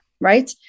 right